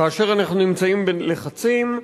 כאשר אנחנו נמצאים בלחצים,